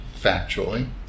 factually